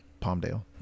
Palmdale